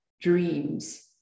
dreams